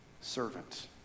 servant